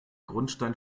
grundstein